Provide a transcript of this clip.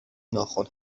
ناخن